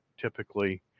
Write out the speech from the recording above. typically